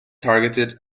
targeted